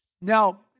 Now